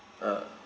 ah